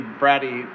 bratty